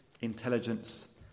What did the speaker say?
intelligence